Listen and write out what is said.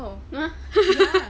!huh!